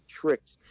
tricks